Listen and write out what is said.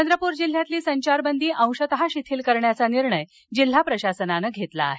चंद्रपुर जिल्ह्यातील संचारबंदी अंशतः शिथिल करण्याचा निर्णय जिल्हा प्रशासनानं घेतला आहे